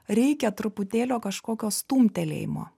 reikia truputėlio kažkokio stumtelėjimo